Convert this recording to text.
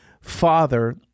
father